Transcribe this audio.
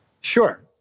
Sure